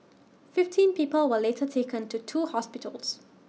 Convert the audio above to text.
fifteen people were later taken to two hospitals